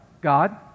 God